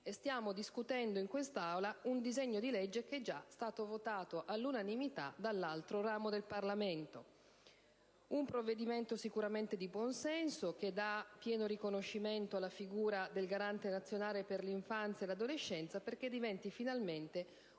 stiamo discutendo in quest'Aula un disegno di legge che è stato già votato all'unanimità dall'altro ramo del Parlamento: si tratta sicuramente di un provvedimento di buonsenso, che offre pieno riconoscimento alla figura del Garante nazionale per l'infanzia e l'adolescenza, perché diventi finalmente una